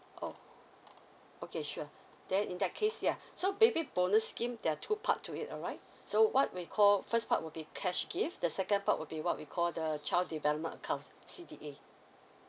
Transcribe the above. oh okay sure then in that case yeah so baby bonus scheme there are two part to it alright so what we call first part would be cash gift the second part would be what we call the child development accounts C_D_A